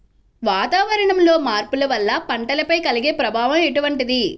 వాతావరణంలో మార్పుల వల్ల పంటలపై కలిగే ప్రభావం ఎటువంటిది?